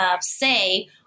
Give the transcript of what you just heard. say